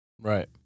Right